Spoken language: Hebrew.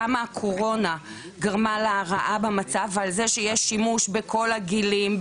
כמה הקורונה גרמה להרעה במצב ועל זה שיש שימוש בכל הגילאים,